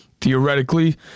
Theoretically